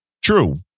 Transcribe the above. true